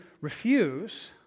refuse